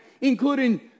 Including